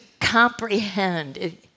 comprehend